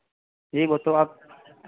जी वो तो आप